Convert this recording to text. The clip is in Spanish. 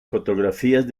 fotografías